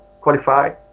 qualify